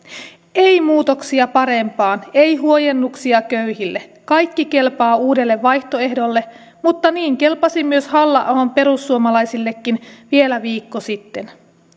ei muutoksia parempaan ei huojennuksia köyhille kaikki kelpaa uudelle vaihtoehdolle mutta niin kelpasi myös halla ahon perussuomalaisillekin vielä viikko sitten